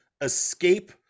escape